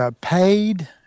paid